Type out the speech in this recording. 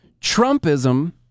Trumpism